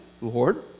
Lord